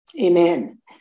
amen